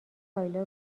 کایلا